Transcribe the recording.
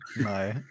No